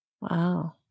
Wow